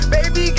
Baby